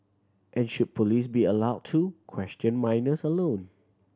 and should police be allowed to question minors alone